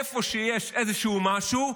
איפה שיש איזשהו משהו,